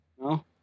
No